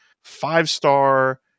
five-star